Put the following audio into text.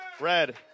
Red